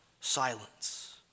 silence